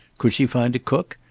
could she find a cook?